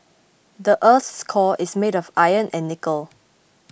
the earth's core is made of iron and nickel